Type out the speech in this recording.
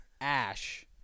Ash